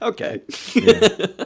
Okay